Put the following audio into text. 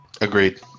Agreed